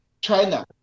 China